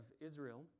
Israel